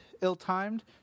ill-timed